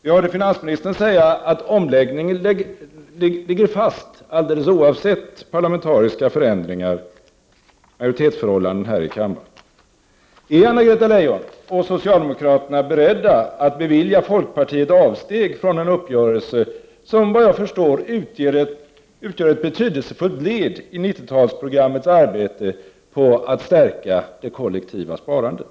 Vi hörde finansministern säga att omläggningen ligger fast alldeles oavsett parlamentariska förändringar och majoritetsförhållanden här i kammaren. Är Anna-Greta Leijon och socialdemokraterna beredda att bevilja folkpartiet avsteg från en uppgörelse som såvitt jag förstår utgör ett betydelsefullt led i 90-talsprogrammets strävanden att stärka det kollektiva sparandet?